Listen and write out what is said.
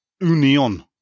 Union